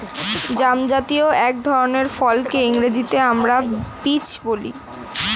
জামজাতীয় এক ধরনের ফলকে ইংরেজিতে আমরা পিচ বলি